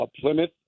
Plymouth